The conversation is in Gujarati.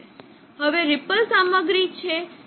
હવે રીપલ સામગ્રી છે કે જે આપણે પ્રક્રિયા કરવા માંગીએ છીએ